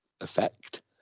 effect